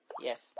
Yes